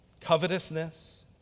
covetousness